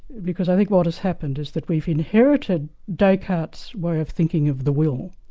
because i think what has happened is that we've inherited descartes' way of thinking of the will,